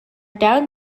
dowd